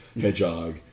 hedgehog